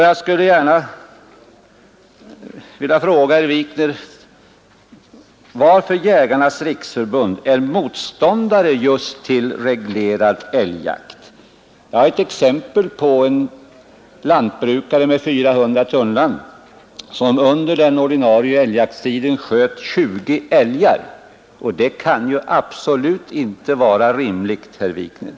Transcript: Jag skulle gärna vilja fråga herr Wikner varför Jägarnas riksförbund Landsbygdens jägare är motståndare just till reglerad älgjakt. Jag har ett exempel på en lantbrukare med 400 tunnland som under den ordinarie älgjaktstiden sköt 20 älgar. Det kan absolut inte vara rimligt, herr Wikner.